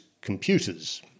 computers